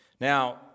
Now